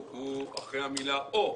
אחרי המילה "או",